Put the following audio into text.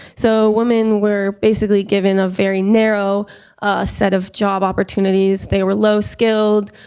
so women were basically given a very narrow set of job opportunities. they were low skilled,